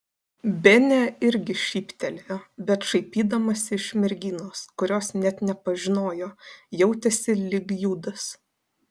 benė irgi šyptelėjo bet šaipydamasi iš merginos kurios net nepažinojo jautėsi lyg judas